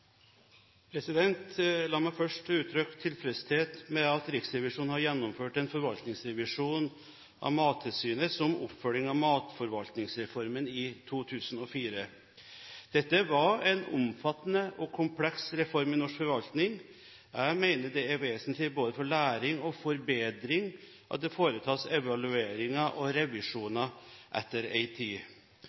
dyrevelferden. La meg først uttrykke tilfredshet med at Riksrevisjonen har gjennomført en forvaltningsrevisjon av Mattilsynet som oppfølging av matforvaltningsreformen i 2004. Dette var en omfattende og kompleks reform i norsk forvaltning. Jeg mener det er vesentlig for både læring og forbedring at det foretas evalueringer og revisjoner etter en tid.